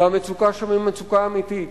המצוקה שם היא מצוקה אמיתית,